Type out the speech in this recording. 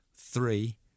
three